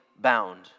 bound